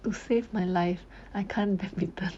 to save my life I can't badminton